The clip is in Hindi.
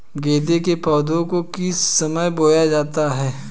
गेंदे के पौधे को किस समय बोया जाता है?